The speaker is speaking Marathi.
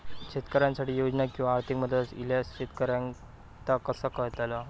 शेतकऱ्यांसाठी योजना किंवा आर्थिक मदत इल्यास शेतकऱ्यांका ता कसा कळतला?